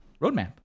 roadmap